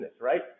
right